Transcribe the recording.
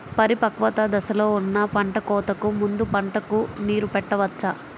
పరిపక్వత దశలో ఉన్న పంట కోతకు ముందు పంటకు నీరు పెట్టవచ్చా?